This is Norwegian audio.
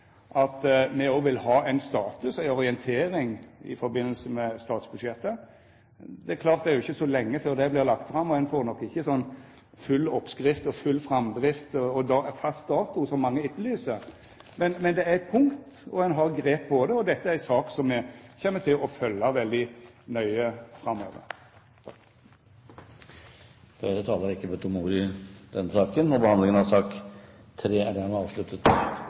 at me òg vil ha ein status, ei orientering, i samband med statsbudsjettet. Det er jo ikkje så lenge før det vert lagt fram, og ein får nok ikkje ei full oppskrift og full framdrift og fast dato, som mange etterlyser. Men det er eit punkt, og ein har grep på det, og dette er ei sak som me kjem til å følgja veldig nøye framover. Flere har ikke bedt om